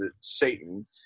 Satan